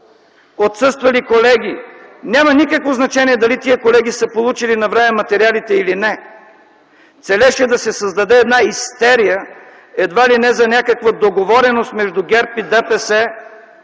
отсъствали колеги ...Няма никакво значение дали тези колеги са получили навреме материалите или не, целеше да се създаде една истерия, едва ли не за някаква договореност между ГЕРБ и ДПС,